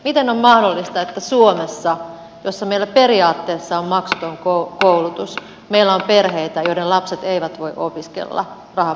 miten on mahdollista että suomessa jossa meillä periaatteessa on maksuton koulutus meillä on perheitä joiden lapset eivät voi opiskella rahapulan takia